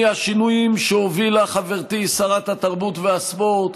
מהשינויים שהובילה חברתי שרת התרבות והספורט,